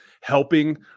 helping